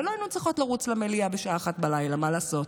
ולא היינו צריכות לרוץ למליאה בשעה 01:00. מה לעשות?